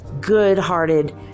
good-hearted